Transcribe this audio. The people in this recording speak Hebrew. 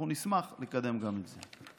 אנחנו נשמח לקדם גם את זה.